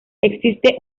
existe